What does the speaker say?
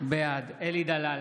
בעד אלי דלל,